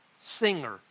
singer